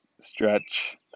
stretch